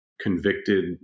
convicted